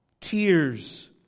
tears